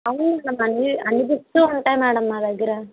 అవును అన్ని అన్ని బుక్స్ ఉంటాయి మేడం మా దగ్గర